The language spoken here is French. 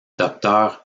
docteur